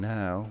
now